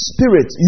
Spirit